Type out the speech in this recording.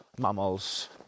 Mammals